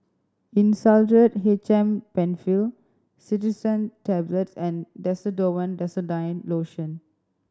Insulatard H M Penfill Cetirizine Tablets and Desonide Lotion